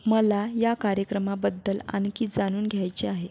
मला या कार्यक्रमाबद्दल आणखी जाणून घ्यायचे आहे